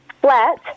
flat